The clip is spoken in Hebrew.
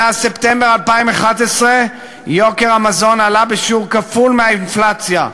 מאז ספטמבר 2011 יוקר המזון עלה בשיעור כפול משיעור האינפלציה,